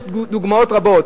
כך יש דוגמאות רבות.